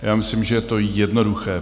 Já myslím, že je to jednoduché.